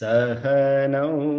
Sahana